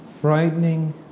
frightening